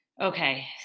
Okay